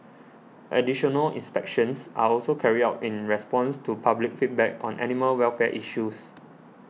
additional inspections are also carried out in response to public feedback on animal welfare issues